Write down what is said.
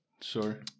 sure